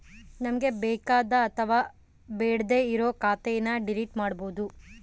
ನಮ್ಗೆ ಬೇಕಾದ ಅಥವಾ ಬೇಡ್ಡೆ ಇರೋ ಖಾತೆನ ಡಿಲೀಟ್ ಮಾಡ್ಬೋದು